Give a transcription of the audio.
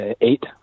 Eight